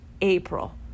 April